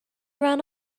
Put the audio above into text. run